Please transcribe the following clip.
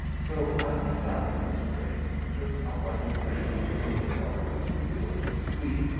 so i went down to the stream, took a hearty drink, for the water was pure and sweet,